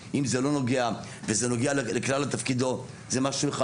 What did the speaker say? אם זה לא נוגע וזה נוגע לכלל תפקידו, זה משהו אחד.